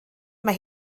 mae